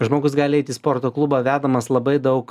žmogus gali eit į sporto klubą vedamas labai daug